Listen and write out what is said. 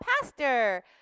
pastor